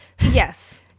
Yes